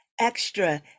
extra